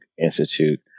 Institute